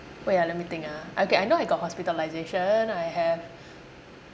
wait ah let me think ah okay I know I got hospitalisation I have